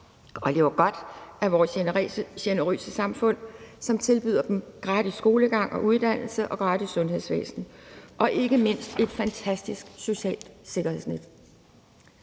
og lever godt af vores generøse samfund, som tilbyder dem gratis skolegang og uddannelse og gratis sundhedsvæsen og ikke mindst et fantastisk socialt sikkerhedsnet.